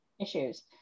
issues